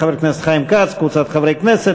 של חבר הכנסת חיים כץ וקבוצת חברי הכנסת,